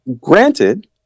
granted